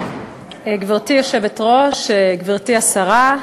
גברתי היושבת-ראש, גברתי השרה,